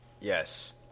Yes